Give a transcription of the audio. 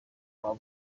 waba